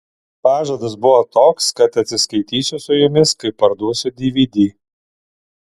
pažadas buvo toks kad atsiskaitysiu su jumis kai parduosiu dvd